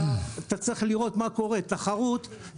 מאה אחוז, כל הכבוד.